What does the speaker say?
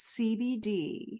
CBD